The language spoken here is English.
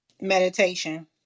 meditation